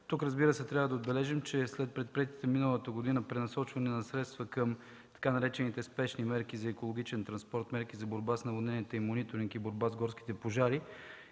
Тук, разбира се, трябва да отбележим, че след предприетото миналата година пренасочване на средства към така наречените „спешни мерки за екологичен транспорт, мерки за борба с наводненията и мониторинг и борба с горските пожари”